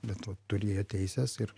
bet vat turėjo teises ir